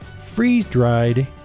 freeze-dried